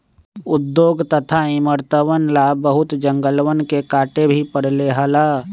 उद्योग तथा इमरतवन ला बहुत जंगलवन के काटे भी पड़ले हल